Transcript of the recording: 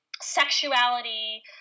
sexuality